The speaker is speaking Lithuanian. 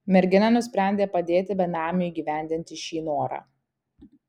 mergina nusprendė padėti benamiui įgyvendinti šį norą